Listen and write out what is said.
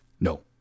No